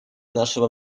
нашего